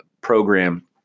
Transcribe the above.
program